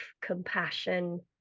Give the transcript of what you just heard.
compassion